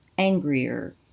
angrier